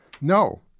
No